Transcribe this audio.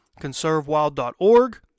conservewild.org